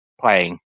playing